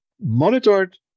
Monitored